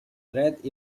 dret